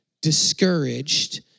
discouraged